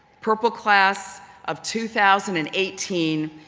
purple class of two thousand and eighteen,